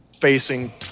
facing